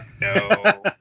no